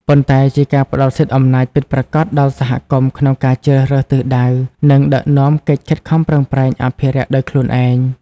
ប៉ុន្តែជាការផ្ដល់សិទ្ធិអំណាចពិតប្រាកដដល់សហគមន៍ក្នុងការជ្រើសរើសទិសដៅ និងដឹកនាំកិច្ចខិតខំប្រឹងប្រែងអភិរក្សដោយខ្លួនឯង។